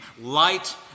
light